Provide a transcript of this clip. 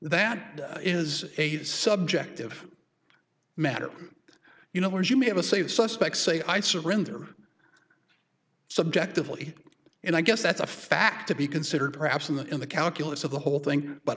that is a subjective matter you know where you may have a say the suspect say i surrender subjectively and i guess that's a fact to be considered perhaps in the in the calculus of the whole thing but